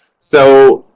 so,